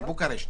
בבוקרשט